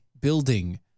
building